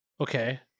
Okay